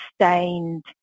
sustained